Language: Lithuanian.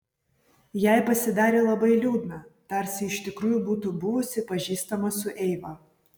jai pasidarė labai liūdna tarsi iš tikrųjų būtų buvusi pažįstama su eiva